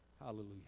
Hallelujah